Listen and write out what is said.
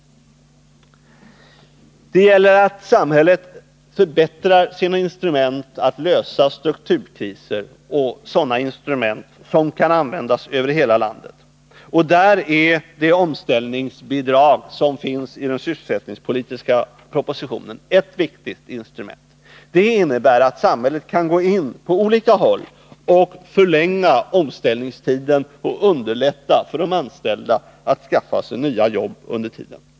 Det gäller att samhället förbättrar sina instrument att lösa strukturkriser, instrument som kan användas över hela landet. Det omställningsbidrag som föreslås i den sysselsättningspolitiska propositionen är ett viktigt sådant instrument. Det innebär att samhället kan gå in på olika håll och förlänga omställningstiden och underlätta för de anställda att skaffa sig nya jobb under tiden.